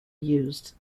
used